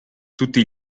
tutti